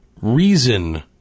reason